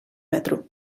metro